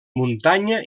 muntanya